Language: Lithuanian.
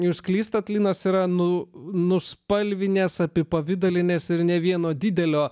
jūs klystate linas yra nu nuspalvinęs apipavidalinęs ir ne vieno didelio